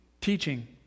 teaching